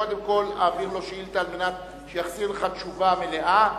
קודם כול אעביר לו שאילתא על מנת שיחזיר לך תשובה מלאה,